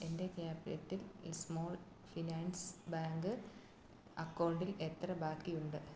എന്റെ Capital Small Finance Bank അക്കൗണ്ടിൽ എത്ര ബാക്കിയുണ്ട്